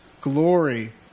glory